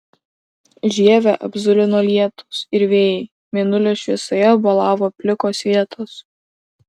žievę apzulino lietūs ir vėjai mėnulio šviesoje bolavo plikos vietos